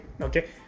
okay